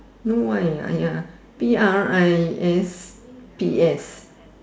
no Y ah ya P R I S P S